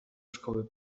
szkoły